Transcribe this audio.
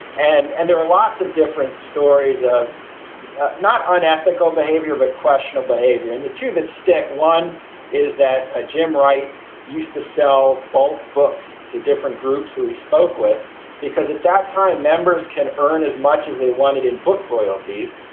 and and there are lots of different stories of not unethical behavior, but questionable behavior in the two of it stick. one is that ah jim wright used to sell bulk books to different groups who he spoke with because at that time, members can earn as much as they wanted in book royalties,